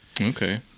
Okay